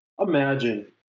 Imagine